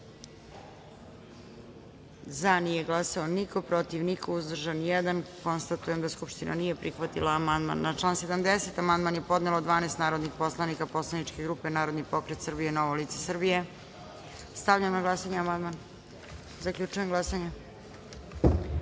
glasanje: za – niko, protiv – niko, uzdržan – jedan. Konstatujem da Skupština nije prihvatila ovaj amandman. Na član 9. amandman je podnelo 11 narodnih poslanika poslaničke grupe Narodni pokret Srbija – Novo lice. Stavljam na glasanje ovaj amandman. Zaključujem glasanje: